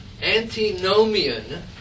antinomian